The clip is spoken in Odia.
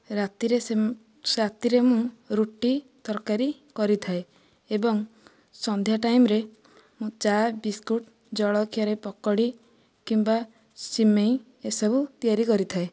ରାତିରେ ସେ ରାତିରେ ମୁଁ ରୁଟି ତରକାରୀ କରିଥାଏ ଏବଂ ସନ୍ଧ୍ୟା ଟାଇମରେ ମୁଁ ଚା' ବିସ୍କୁଟ ଜଳଖିଆରେ ପକୋଡ଼ି କିମ୍ବା ସିମେଇ ଏସବୁ ତିଆରି କରିଥାଏ